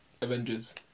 Avengers